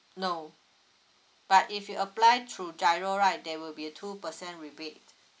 no but if you apply through giro right there will be a two percent rebate